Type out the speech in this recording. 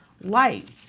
lights